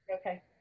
Okay